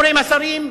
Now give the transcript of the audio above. אומרים השרים,